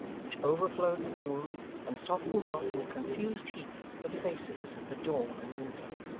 which overflowed the room and softened off in a confused heap of faces at the door and window.